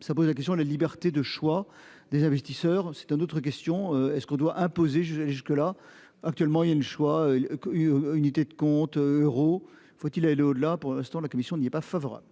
Ça pose la question de la liberté de choix des investisseurs. C'est un autre question, est-ce qu'on doit imposer je jusque là actuellement il y a une choix une unité de compte euros faut-il au-delà pour l'instant, la commission n'y est pas favorable.